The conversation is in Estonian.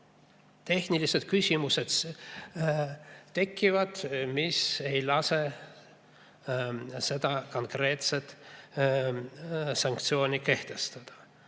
tehnilised küsimused, mis ei lase konkreetset sanktsiooni kehtestada.